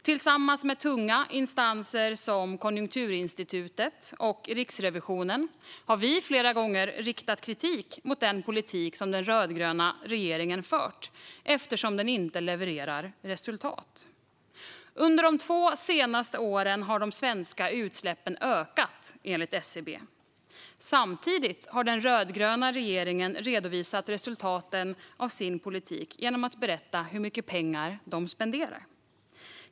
Tillsammans med tunga instanser som Konjunkturinstitutet och Riksrevisionen har vi flera gånger riktat kritik mot den politik som den rödgröna regeringen har fört eftersom den inte levererar resultat. Under de två senaste åren har de svenska utsläppen ökat, enligt SCB. Samtidigt har den rödgröna regeringen redovisat resultaten av sin politik genom att berätta hur mycket pengar de spenderar.